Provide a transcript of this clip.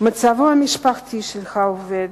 מצבו המשפחתי של העובד,